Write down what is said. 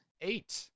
Eight